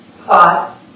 thought